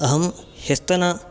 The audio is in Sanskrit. अहं ह्यस्तन